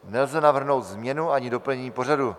Nelze navrhnout změnu ani doplnění pořadu.